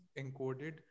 encoded